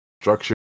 structure